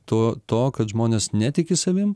to to kad žmonės netiki savim